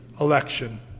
election